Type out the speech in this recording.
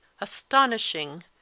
astonishing